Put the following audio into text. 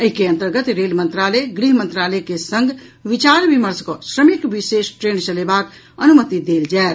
एहि के अंतर्गत रेल मंत्रालय गृह मंत्रालय के संग विचार विमर्श कऽ श्रमिक विशेष ट्रेन चलेबाक अनुमति देल जायत